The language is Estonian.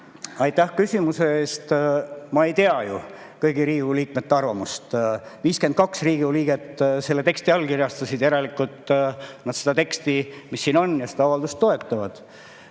Aitäh küsimuse eest! Ma ei tea ju kõigi Riigikogu liikmete arvamust. 52 Riigikogu liiget selle teksti allkirjastasid, järelikult nad seda teksti, mis siin on, ja seda avaldust toetavad.